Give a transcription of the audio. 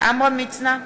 עמרם מצנע,